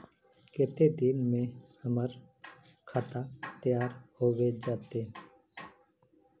केते दिन में हमर खाता तैयार होबे जते?